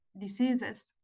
diseases